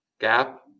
gap